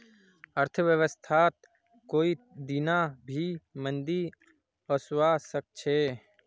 अर्थव्यवस्थात कोई दीना भी मंदी ओसवा सके छे